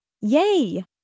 yay